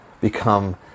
become